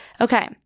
Okay